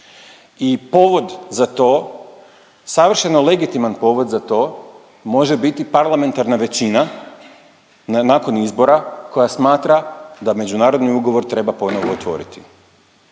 i povod za to, savršeno legitiman povod za to može biti parlamentarna većina nakon izbora koja smatra da međunarodni ugovor treba ponovo otvoriti.